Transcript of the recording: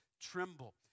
tremble